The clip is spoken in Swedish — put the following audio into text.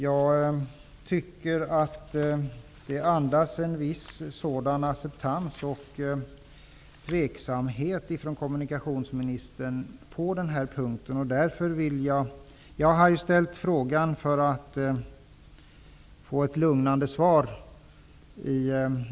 Jag tror att kommunikationsministern på den här punkten andas en viss sådan acceptans och tveksamhet. Jag har ställt frågan för att få ett lugnande svar.